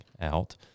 out